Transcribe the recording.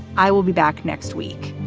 i will be back next week.